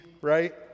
right